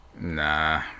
Nah